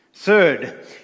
Third